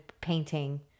painting